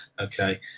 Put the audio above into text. okay